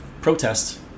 protest